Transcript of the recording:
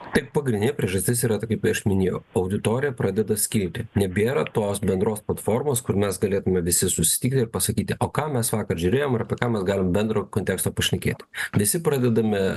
tai pagrindinė priežastis yra kaip ir minėjau auditorija pradeda skilti nebėra tos bendros platformos kur mes galėtume visi susitikti ir pasakyti o ką mes vakar žiūrėjom ir apie ką mes galim bendro konteksto pašnekėti visi pradedame